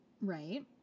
Right